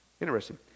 Interesting